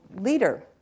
leader